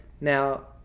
Now